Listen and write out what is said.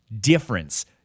difference